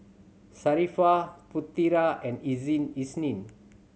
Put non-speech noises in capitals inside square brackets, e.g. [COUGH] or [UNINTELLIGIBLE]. Sharifah Putera and [UNINTELLIGIBLE] Isnin